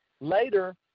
later